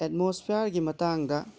ꯑꯦꯠꯃꯣꯁꯐꯦꯌꯥꯔꯒꯤ ꯃꯇꯥꯡꯗ